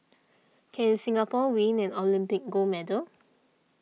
can Singapore win an Olympic gold medal